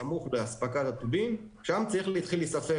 בסמוך לאספקת הטובין, שם צריך להתחיל להיספר.